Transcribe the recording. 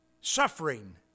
suffering